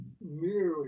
nearly